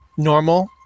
Normal